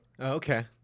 Okay